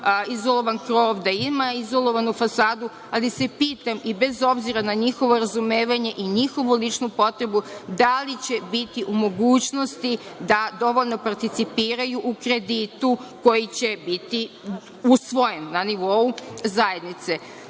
izolovan krov, da ima izolovanu fasadu, ali se pitam i bez obzira na njihovo razumevanje i njihovu ličnu potrebu, da li će biti u mogućnosti da dovoljno participiraju u kreditu koji će biti usvojen na nivou zajednice. Ono